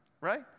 right